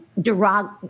derog